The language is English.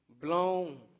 blown